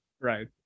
Right